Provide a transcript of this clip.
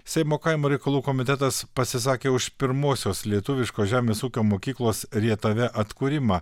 seimo kaimo reikalų komitetas pasisakė už pirmosios lietuviškos žemės ūkio mokyklos rietave atkūrimą